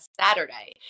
Saturday